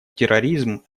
терроризм